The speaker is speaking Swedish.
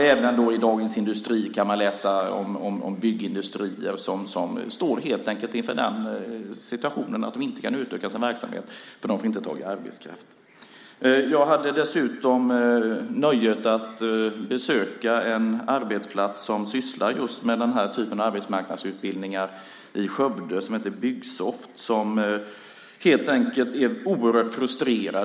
Även i Dagens Industri kan man läsa om byggindustrier som helt står inför den situationen att de inte kan utöka sin verksamhet eftersom de inte får tag i arbetskraft. Jag hade dessutom nöjet att besöka en arbetsplats i Skövde som sysslar just med den typen av arbetsmarknadsutbildningar. Det är ett företag som heter Byggsoft. De är helt enkelt oerhört frustrerade.